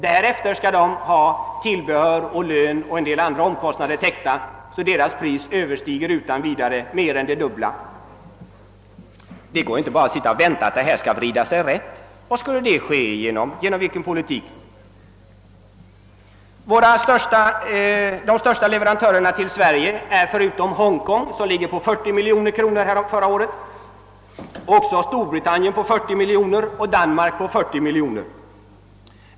Därefter skall fabriken ha kostnaderna för tillbehör, löner och annat täckta, så att priset slutligen blir mer än dubbelt så högt som priset för byxorna från Hongkong. Det går inte att bara sitta och vänta att detta skall vrida sig rätt. Genom vilken politik skulle det ske? De största leverantörerna till Sverige är förutom Hongkong, som låg på 40 miljoner kronor förra året, Storbritannien och Danmark på likaledes 40 miljoner kronor.